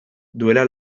duela